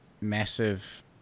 massive